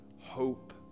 Hope